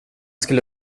skulle